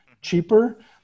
cheaper